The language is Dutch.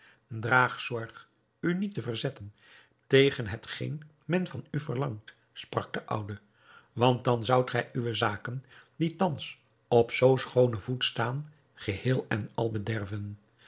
draag zorg u niet te verzetten tegen hetgeen men van u verlangt sprak de oude want dan zoudt gij uwe zaken die thans op zoo schoonen voet staan geheel en al bederven